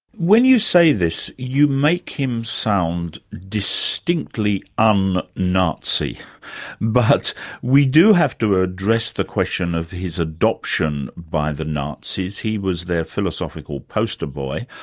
when you say this, you make him sound distinctly um un-nazi, but we do have to ah address the question of his adoption by the nazis. he was their philosophical poster-boy.